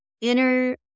inner